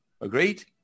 agreed